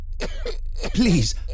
Please